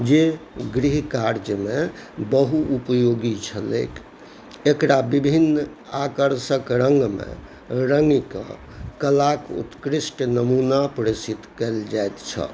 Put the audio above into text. जे गृह कार्यमे बहुउपयोगी छलै एकरा विभिन्न आकर्षक रङ्गमे रङ्गिके कलाके उत्कृष्ट नमूना प्रेषित कएल जाइत छल